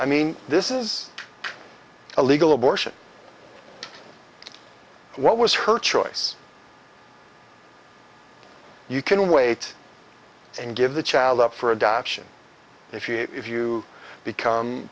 i mean this is a legal abortion what was her choice you can wait and give the child up for adoption if you if you become